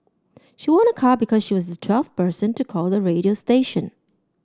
she won a car because she was the twelfth person to call the radio station